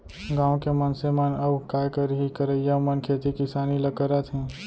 गॉंव के मनसे मन अउ काय करहीं करइया मन खेती किसानी ल करत हें